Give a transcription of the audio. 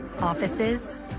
Offices